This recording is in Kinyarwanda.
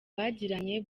bagiranye